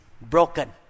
broken